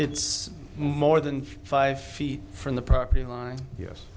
it's more than five feet from the property line yes